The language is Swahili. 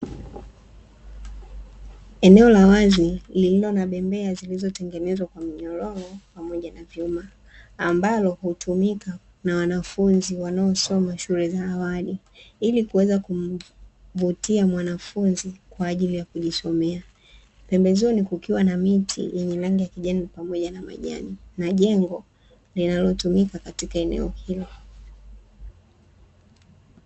Eneo la wazi lililo na bembea zilizotengenezwa kwa minyororo pamoja na vyuma, ambalo hutumika na wanafunzi wanaosoma shule za awali ili kuweza kuvutia mwanafunzi kwa ajili ya kujisomea, pembezoni kukiwa na miti yenye rangi ya kijani pamoja na majani na jengo linalotumika katika eneo hilo.